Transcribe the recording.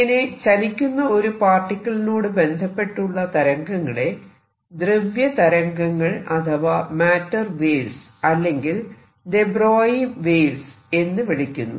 ഇങ്ങനെ ചലിക്കുന്ന ഒരു പാർട്ടിക്കിളിനോട് ബന്ധപ്പെട്ട് ഉള്ള തരംഗങ്ങളെ ദ്രവ്യ തരംഗങ്ങൾ അഥവാ മാറ്റർ വേവ്സ് അല്ലെങ്കിൽ ദെ ബ്രോയി വേവ്സ് എന്ന് വിളിക്കുന്നു